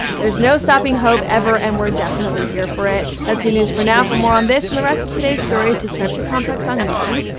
there's no stopping hov ever, and we're definitely here for it. that's your news for now. for more on this and the rest of today's stories, subscribe to complex on youtube.